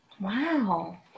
Wow